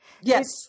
Yes